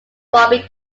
bobby